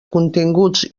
continguts